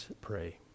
pray